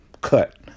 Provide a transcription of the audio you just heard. cut